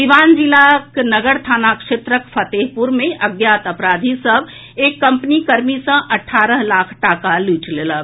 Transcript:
सीवान जिलाक नगर थाना क्षेत्रक फतेहपुर मे अज्ञात अपराधी सभ एक कम्पनी कर्मी सँ अठारह लाख टाका लूटि लेलक